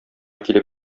килеп